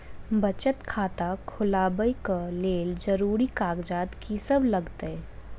बचत खाता खोलाबै कऽ लेल जरूरी कागजात की सब लगतइ?